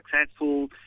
successful